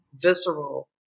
visceral